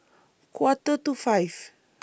Quarter to five